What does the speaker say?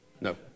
No